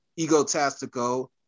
Egotastico